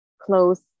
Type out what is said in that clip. close